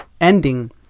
ending